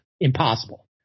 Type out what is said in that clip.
Impossible